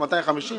250,